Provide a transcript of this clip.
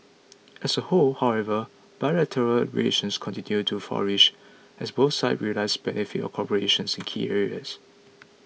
as a whole however bilateral relations continued to flourish as both sides realise benefits of cooperation in key areas